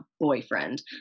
boyfriend